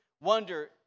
wonder